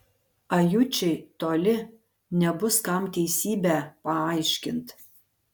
ajučiai toli nebus kam teisybę paaiškint